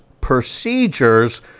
procedures